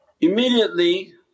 Immediately